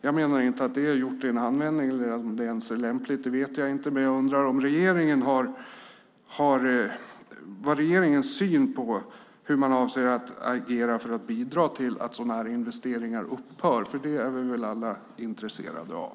Jag menar inte att det är gjort i en handvändning eller att det ens är lämpligt - det vet jag inte - men jag undrar hur regeringen ser på detta och hur den avser att agera för att bidra till att dessa investeringar upphör. Det är vi väl alla intresserade av.